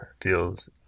feels